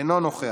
אינו נוכח,